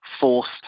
forced